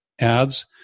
ads